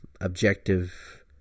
objective